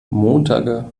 montage